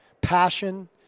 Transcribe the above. passion